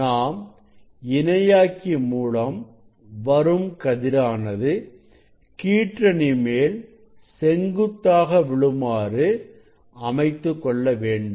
நாம் இணையாக்கி மூலம் வரும் கதிரானது கீற்றணியின் மேல் செங்குத்தாக விழுமாறு அமைத்துக்கொள்ள வேண்டும்